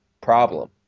problem